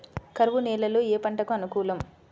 కరువు నేలలో ఏ పంటకు అనుకూలం?